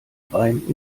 rhein